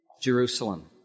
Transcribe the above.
Jerusalem